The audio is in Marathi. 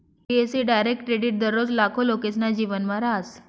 बी.ए.सी डायरेक्ट क्रेडिट दररोज लाखो लोकेसना जीवनमा रहास